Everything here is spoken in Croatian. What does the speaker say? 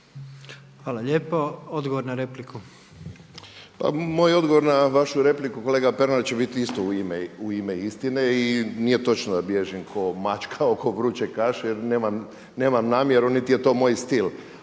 Silvano (HSU)** Pa moj odgovor na vašu repliku kolega Pernar će biti isto u ime istine i nije točno da bježim kao mačka oko vruće kaše jer nemam namjeru niti je to moj stil.